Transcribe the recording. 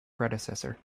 predecessor